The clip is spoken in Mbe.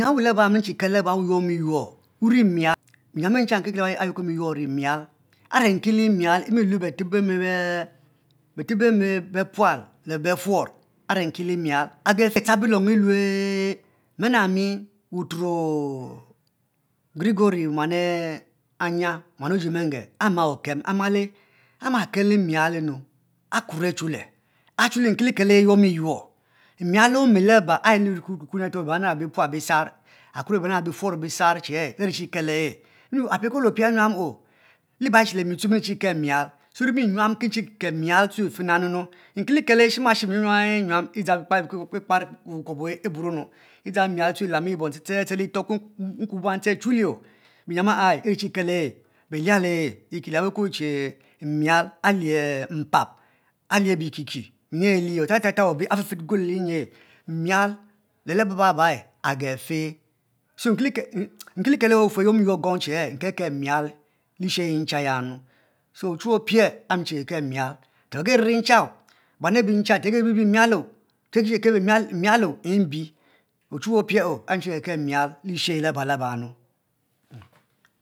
Wuyiam aba nchi li kal laba wugurmi yuor wuri mial are nkiu mial emelue be teb beme bepual le neffuor then echi ectuap elong elue mene mi wuturo grigory muan e anya, muan ojie menge ama oken ama le amake mial nnu akuor achule achule le, nkelikel ehe eyuor mi yuo mial ome laba e eri kur ki biban enara bipual, bisar akure e biffuor o bisar che ye iri chi kel ehe apie kue le opia nyuam oh liba che mi ri chi kel mial so ri m nyuam ki nchi kel mial fena nu nu nke li ke eshima shem nyuam nyuam yuam idzang ikpora iburonu kuo bom chuli biyiam a a eri chi kel ehe behie e ya be kuo che mial ahe mpap ahie bikiki atata obe a feff quel nyi mial le luba bab agefe, so nki li kie eyuor mi yuor you che nkel kel mial lishey ay nchiayi nu, so ochuwue opia ayi mmili che kekel mial teageri ncha buan abe leba te begibi ni mialo te bekelkel mial mbe ochuwue opie o ayi mile kel kel mial li she ayi laba nu